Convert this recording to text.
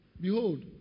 Behold